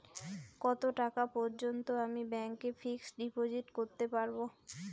কত টাকা পর্যন্ত আমি ব্যাংক এ ফিক্সড ডিপোজিট করতে পারবো?